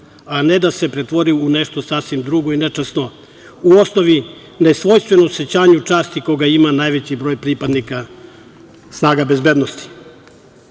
a ne da se pretvori u nešto sasvim drugo i nečasno, u osnovi da je svojstven osećanju časti koji ima najveći broj pripadnika snaga bezbednosti. Stoga